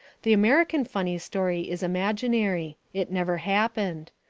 the american funny story is imaginary. it never happened.